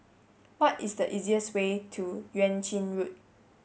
what is the easiest way to Yuan Ching Road